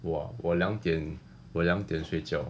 !wah! 我两点我两点睡觉